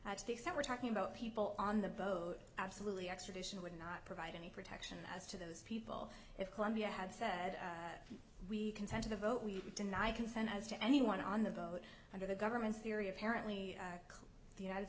things that we're talking about people on the boat absolutely extradition would not provide any protection as to those people if colombia had said we contend to the vote we deny consent as to anyone on the boat under the government's theory apparently the united